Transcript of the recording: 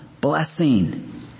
blessing